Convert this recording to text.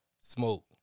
smoke